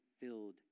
filled